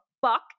fuck